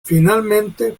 finalmente